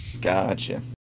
Gotcha